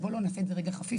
בוא לא נעשה את זה רגע חפיף,